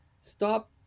stop